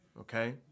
okay